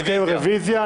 תתקיים רוויזיה.